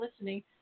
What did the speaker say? listening